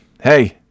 Hey